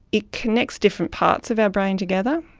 it connects different parts of our brain together,